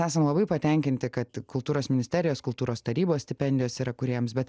esam labai patenkinti kad kultūros ministerijos kultūros tarybos stipendijos yra kūrėjams bet